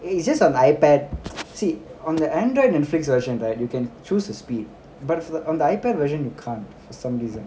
i~ it's just on ipad see on the android netflix version right you can choose to speed but for on the ipad version you can't for some reason